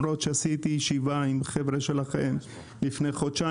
קיימתי ישיבה עם חבר'ה שלכם לפני חודשיים